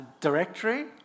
directory